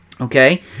Okay